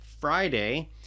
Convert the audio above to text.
Friday